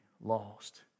Lost